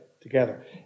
together